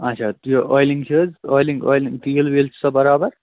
اَچھا تہٕ یہِ آیلِنٛگ چھِ حظ آیلِنٛگ آیلَنٛگ تیٖل ویٖل چھُسا بَرابَر